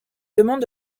demande